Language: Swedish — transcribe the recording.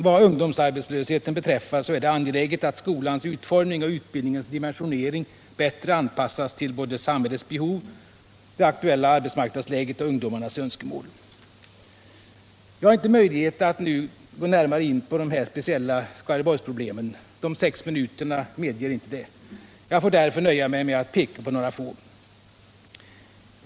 Vad ungdomsarbetslösheten beträffar är det angeläget att skolans utformning och utbildningens dimensionering bättre anpassas till såväl samhällets behov som det aktuella arbetsmarknadsläget och ungdomarnas önskemål. Jag har inte möjlighet att nu gå närmare in på de speciella Skaraborgsproblemen — de sex minuterna medger inte det. Jag får därför nöja mig med att peka på några få.